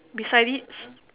beside it